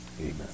Amen